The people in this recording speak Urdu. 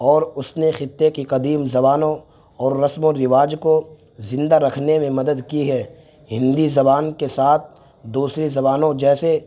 اور اس نے خطے کی قدیم زبانوں اور رسم و رواج کو زندہ رکھنے میں مدد کی ہے ہندی زبان کے ساتھ دوسری زبانوں جیسے